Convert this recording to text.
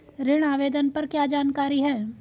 ऋण आवेदन पर क्या जानकारी है?